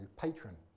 patron